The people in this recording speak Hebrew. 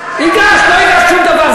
הגשת, לא הגשת שום דבר.